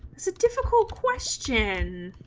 so difficult question